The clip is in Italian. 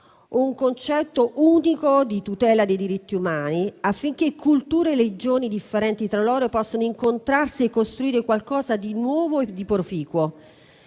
un concetto unico di tutela dei diritti umani, affinché culture e religioni differenti tra loro possano incontrarsi e costruire qualcosa di nuovo e di proficuo.